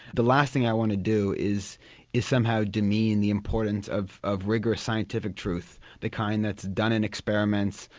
the last thing i want to do is is somehow demean the importance of of vigorous scientific truth, the kind that's done in experiments,